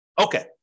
Okay